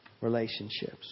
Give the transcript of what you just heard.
relationships